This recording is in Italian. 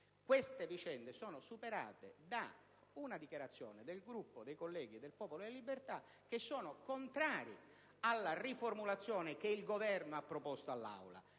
Queste vicende sono superate da una dichiarazione del Gruppo dei colleghi del Popolo della Libertà contraria alla riformulazione che il Governo ha proposto all'Assemblea,